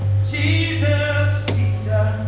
jesus, jesus.